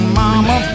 mama